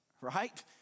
right